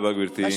תודה רבה, גברתי.